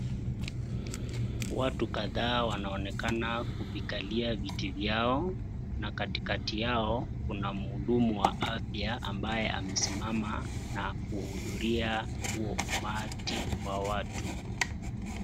Watu kadhaa wanaonekana kuvikalia viti vyao na katikati yao kuna mhudumu wa afya ambaye amesimama na kuhudhuria huo umati wa watu.